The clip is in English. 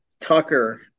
tucker